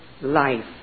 life